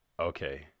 okay